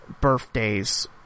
birthdays